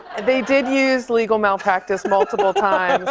they did use legal malpractice multiple times.